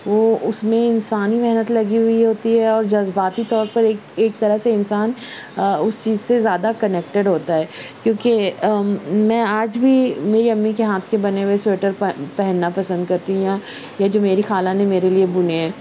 وہ اس میں انسانی محنت لگی ہوئی ہوتی ہے اور جذباتی طور پر ایک ایک طرح سے انسان اس چیز سے زیادہ کنکٹیڈ ہوتا ہے کیونکہ میں آج بھی میری امی کے ہاتھ کے بنے ہوئے سویٹر پہننا پسند کرتی ہوں یا جو میری خالہ نے میرے لیے بنے ہیں